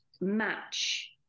match